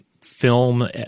film